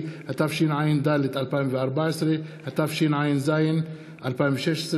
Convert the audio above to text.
בשוברים, התשע"ז 2016,